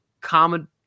common